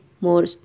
more